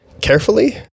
Carefully